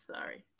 Sorry